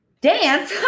Dance